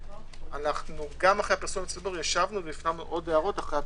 וגם אחרי הפרסום לציבור ישבנו והפנמנו עוד הערות.